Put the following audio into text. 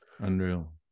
Unreal